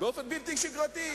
באופן בלתי שגרתי.